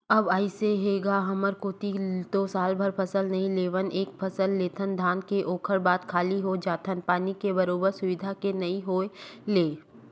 अब अइसे हे गा हमर कोती तो सालभर फसल नइ लेवन एके फसल लेथन धान के ओखर बाद खाली हो जाथन पानी के बरोबर सुबिधा के नइ होय ले